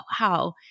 wow